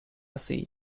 sea